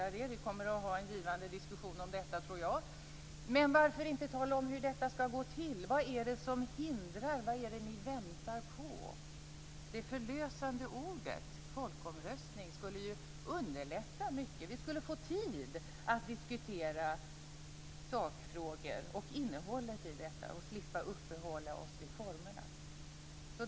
Jag tror att vi kommer att ha en givande diskussion om detta. Varför inte tala om hur detta ska gå till? Vad är det som hindrar det? Vad väntar ni på? Det förlösande ordet folkomröstning skulle underlätta mycket. Vi skulle få tid att diskutera sakfrågorna och innehållet i detta och slippa uppehålla oss vid formerna.